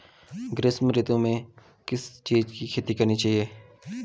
ग्रीष्म ऋतु में किस चीज़ की खेती करनी चाहिये?